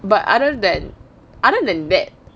but other than other than that